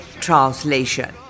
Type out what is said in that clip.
translation